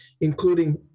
including